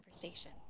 conversation